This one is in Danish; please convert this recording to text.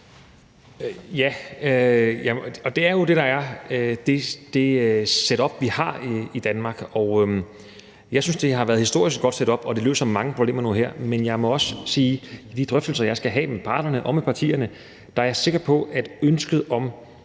Ja, og det er jo det setup, vi har i Danmark. Jeg synes, det har været et historisk godt setup, og at det løser mange problemer nu her, men jeg må også sige, at i forhold til de drøftelser, jeg skal have med parterne og med partierne, så er jeg sikker på, at ønsket om,